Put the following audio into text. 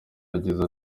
yagize